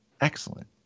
excellent